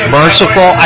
merciful